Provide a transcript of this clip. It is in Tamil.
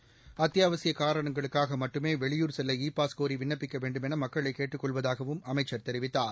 செகண்ட்ஸ் அத்தியாவசிய காரணங்களுக்காக மட்டுமே வெளியூர் செல்ல இ பாஸ் கோரி விண்ணப்பிக்க வேண்டும் என மக்களை கேட்டுக் கொள்வதாகவும் அமைச்சர் தெரிவித்தார்